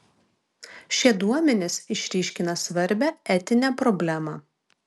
šie duomenys išryškina svarbią etinę problemą